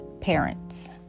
parents